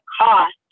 cost